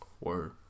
Word